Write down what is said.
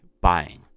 buying